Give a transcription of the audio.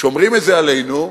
כשאומרים את זה עלינו,